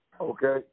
Okay